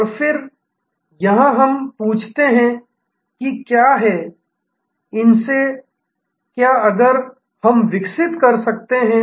और फिर यहां हम पूछते हैं कि क्या है इन से क्या अगर हम विकसित कर सकते हैं